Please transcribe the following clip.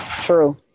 True